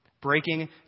Breaking